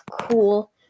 cool